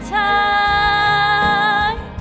time